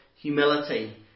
humility